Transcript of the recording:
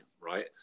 right